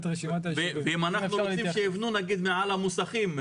ואם אנחנו רוצים שיבנו מעל לכל המוסכים.